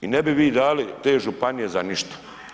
I ne bi vi dali te županije za ništa.